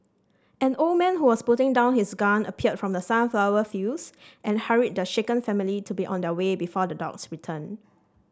an old man who was putting down his gun appeared from the sunflower fields and hurried the shaken family to be on their way before the dogs return